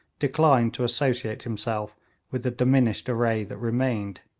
declined to associate himself with the diminished array that remained.